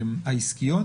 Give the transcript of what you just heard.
העסקיות,